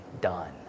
done